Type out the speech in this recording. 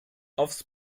aufs